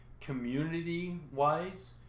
community-wise